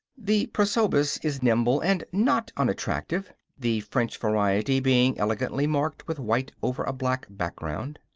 the prosopis is nimble and not unattractive, the french variety being elegantly marked with white over a black background.